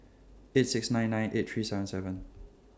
eight six nine nine eight three seven seven